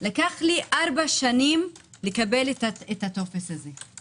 לקח לי 4 שנים לקבל את הטופס הזה.